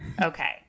okay